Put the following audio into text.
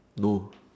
no